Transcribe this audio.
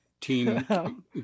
team